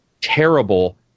terrible